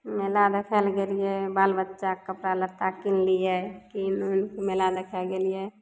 मेला देखै लए गेलियै बाल बच्चाके कपड़ा लत्ता किनलियै किन उनके मेला देखै गेलियै